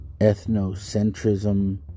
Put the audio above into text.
ethnocentrism